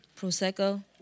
Prosecco